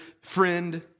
friend